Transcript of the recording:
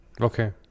okay